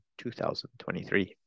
2023